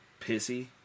pissy